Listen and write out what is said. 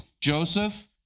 Joseph